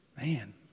Man